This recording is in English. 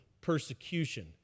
persecution